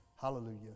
Hallelujah